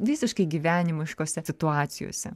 visiškai gyvenimiškose situacijose